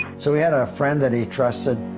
so he had a friend that he trusted,